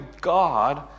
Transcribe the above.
God